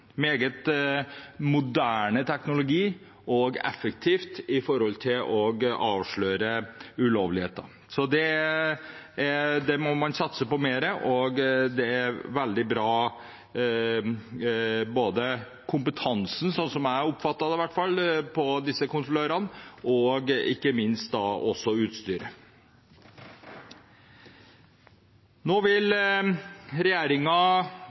meget moderne teknologi, som var effektiv med tanke på å avsløre ulovligheter. Så det må man satse mer på. Det er veldig bra – både kompetansen til kontrollørene, slik jeg oppfattet det, og ikke minst utstyret. Nå vil